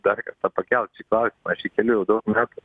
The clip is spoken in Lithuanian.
dar kartą pakelt šį klausimą aš jį keliu jau daug metų